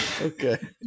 Okay